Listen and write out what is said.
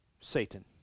Satan